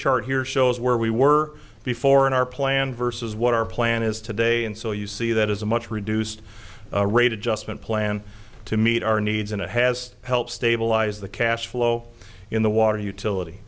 chart here shows where we were before in our plan versus what our plan is today and so you see that is a much reduced rate adjustment plan to meet our needs and it has helped stabilize the cash flow in the water utility